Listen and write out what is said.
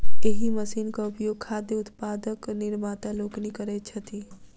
एहि मशीनक उपयोग खाद्य उत्पादक निर्माता लोकनि करैत छथि